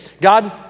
God